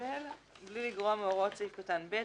(ג)בלי לגרוע מהוראות סעיף קטן (ב),